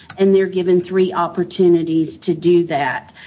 and they're given three opportunities to do that.